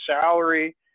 salary